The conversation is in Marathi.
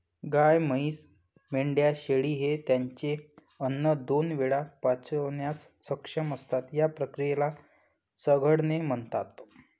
गाय, म्हैस, मेंढ्या, शेळी हे त्यांचे अन्न दोन वेळा पचवण्यास सक्षम असतात, या क्रियेला चघळणे म्हणतात